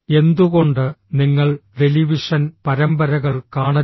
എന്തുകൊണ്ട് നിങ്ങൾ ടെലിവിഷൻ പരമ്പരകൾ കാണരുത്